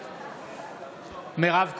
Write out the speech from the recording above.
נגד מירב כהן,